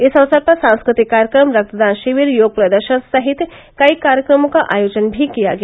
इस अवसर पर सांस्कृतिक कार्यक्रम रक्तदान शिविर योग प्रदर्शन सहित कई कार्यक्रमों का आयोजन भी किया गया